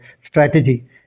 strategy